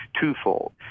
twofold